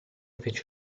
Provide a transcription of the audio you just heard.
fece